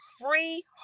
free